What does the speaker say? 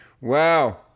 Wow